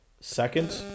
second